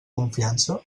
confiança